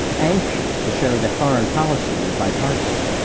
anxious to show that foreign policy was bipartisan.